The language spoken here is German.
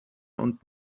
und